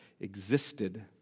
existed